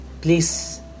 please